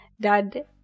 Dad